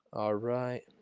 alright